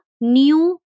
new